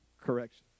correction